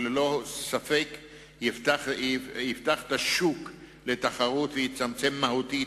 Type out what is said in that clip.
שללא ספק תפתח את השוק לתחרות ותצמצם מהותית